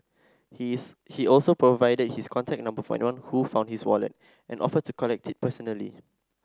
his he also provided his contact number for anyone who found his wallet and offered to collect it personally